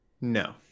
No